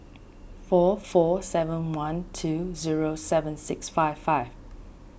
four four seven one two zero seven six five five